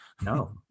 no